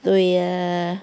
对呀